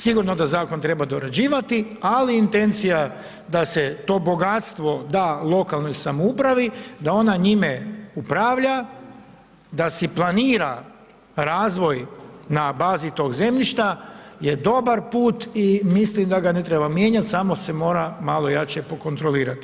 Sigurno da zakon treba dorađivati, ali intencija da se to bogatstvo da lokalnoj samoupravi, da ona njime upravlja, da si planira razvoj na bazi tog zemljišta je dobar put i mislim da ga ne treba mijenjati samo se mora malo jače pokontrolirati.